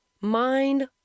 mind